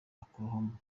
oklahoma